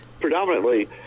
Predominantly